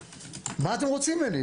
מה אתם רוצים ממני?